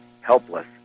helpless